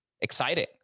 exciting